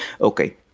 okay